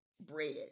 bread